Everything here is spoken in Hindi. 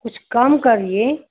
कुछ कम करिए